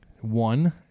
One